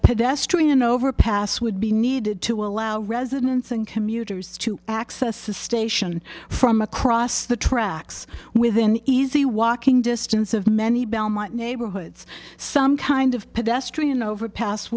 pedestrian overpass would be needed to allow residents and commuters to access the station from across the tracks within easy walking distance of many belmont neighborhoods some kind of